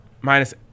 minus